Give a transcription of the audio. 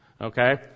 okay